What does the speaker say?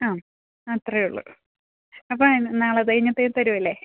ആ അത്രയും ഉള്ളു അപ്പം എന്നാൽ നാളെ കഴിഞ്ഞത് തരില്ലേ